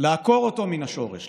לעקור אותו מן השורש,